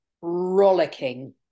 rollicking